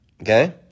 okay